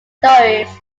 stories